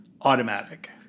Automatic